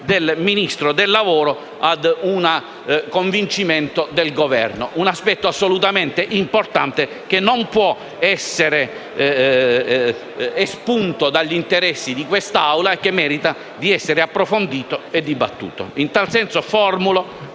corrisponda a un convincimento del Governo. Si tratta di un aspetto assolutamente importante che non può essere espunto dagli interessi di quest'Assemblea e che merita di essere approfondito e dibattuto. In tal senso, formulo